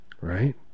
Right